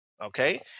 Okay